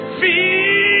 feel